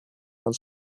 and